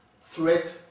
threat